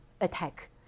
attack